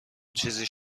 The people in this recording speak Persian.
چیزیش